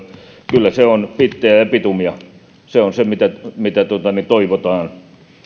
kyllä se on bittejä ja bitumia se on se mitä mitä toivotaan